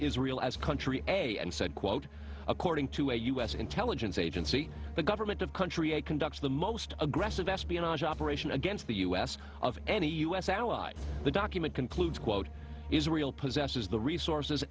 israel as a country and said quote according to a u s intelligence agency the government of country conducts the most aggressive espionage operation against the u s of any u s ally the document concludes quote israel possesses the resources